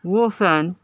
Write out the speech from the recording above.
وہ فین